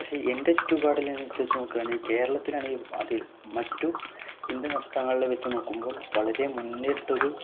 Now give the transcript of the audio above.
പക്ഷേ എൻ്റെ ചുറ്റുപാടിനനുസരിച്ചു നോക്കുകയാണെങ്കില് കേരളത്തിലാണെങ്കില് അതിൽ മറ്റു ഇന്ത്യന് സംസ്ഥങ്ങളില് വച്ചുനോക്കുമ്പോൾ വളരെ മുന്നിട്ടൊരു